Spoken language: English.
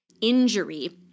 injury